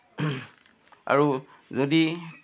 আৰু যদি